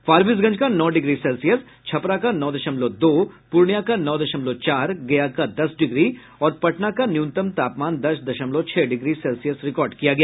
फारबिसगंज का नौ degree Celsius Chhapra का नौ दशमलव दो पूर्णिया का नौ दशमलव चार गया का दस डिग्री और पटना का न्यूनतम तापमान दस दशमलव छह डिग्री सेल्सियस रिकार्ड किया गया